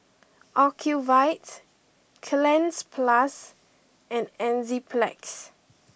Ocuvite Cleanz plus and Enzyplex